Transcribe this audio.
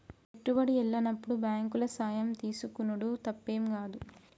పెట్టుబడి ఎల్లనప్పుడు బాంకుల సాయం తీసుకునుడు తప్పేం గాదు